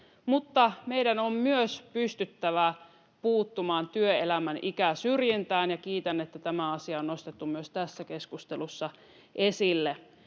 meidän on myös pystyttävä puuttumaan työelämän ikäsyrjintään, ja kiitän, että tämä asia on nostettu myös tässä keskustelussa esille.